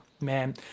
man